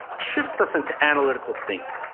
shifts us into analytical thinking.